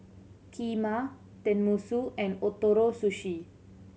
Kheema Tenmusu and Ootoro Sushi